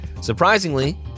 Surprisingly